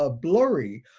ah blurry,